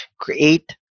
create